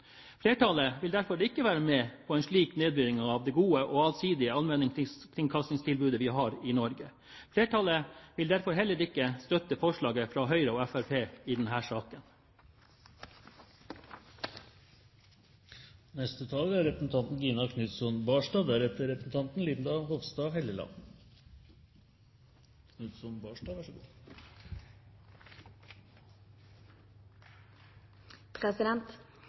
Flertallet i komiteen vil ikke være med på en slik nedbygging av det gode og allsidige allmennkringkastingstilbudet vi har i Norge. Flertallet vil derfor heller ikke støtte forslaget fra Høyre og Fremskrittspartiet i denne saken.